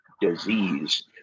Disease